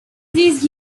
these